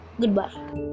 goodbye